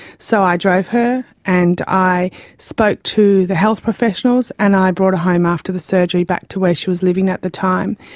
so i drove her and i spoke to the health professionals and i brought her home after the surgery back to where she was living at the time.